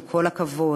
עם כל הכבוד,